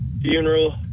funeral